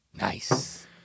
Nice